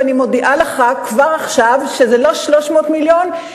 ואני מודיעה לך כבר עכשיו שזה לא 300 מיליון,